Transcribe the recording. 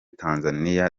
tanzania